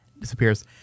Disappears